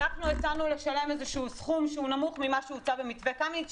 הצענו לשלם סכום שהוא נמוך ממה שהוצע במתווה קמיניץ.